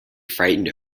frightened